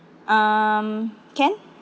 um mm can